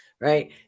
right